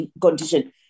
condition